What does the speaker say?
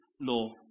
law